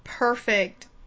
perfect